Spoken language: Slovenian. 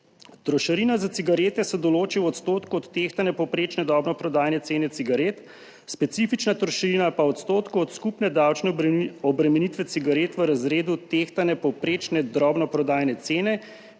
»Trošarina za cigarete se določi v odstotku od tehtanja povprečne drobnoprodajne cene cigaret, specifična trošarina pa v odstotku od skupne davčne obremenitve cigaret v razredu tehtane povprečne drobnoprodajne cene,